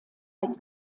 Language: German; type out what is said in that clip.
als